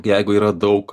jeigu yra daug